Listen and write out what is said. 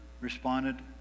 responded